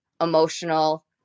emotional